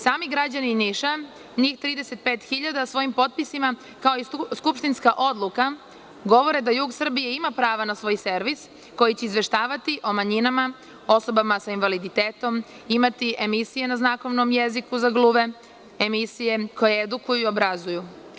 Sami građani Niša, njih 35.000 svojim potpisima, kao i skupštinska odluka govore da jug Srbije ima prava na svoj servis koji će izveštavati o manjinama, osobama sa invaliditetom, imati emisije na znakovnom jeziku za gluve, emisije koje edukuju i obrazuju.